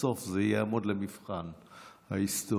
בסוף זה יעמוד למבחן ההיסטוריה.